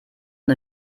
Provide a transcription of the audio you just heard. und